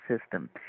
system